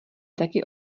taky